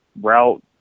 route